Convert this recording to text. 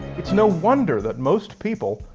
it's no wonder that most people,